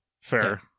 Fair